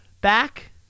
back